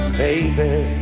baby